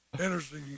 interesting